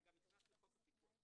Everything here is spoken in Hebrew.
זה גם נכנס לחוק הפיקוח.